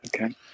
okay